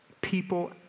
people